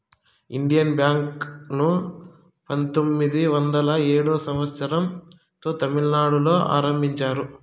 Indian Bank ను పంతొమ్మిది వందల ఏడో సంవచ్చరం లో తమిళనాడులో ఆరంభించారు